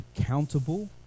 accountable